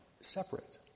separate